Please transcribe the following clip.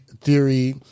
theory